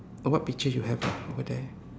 what picture you have ah over there